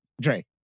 Dre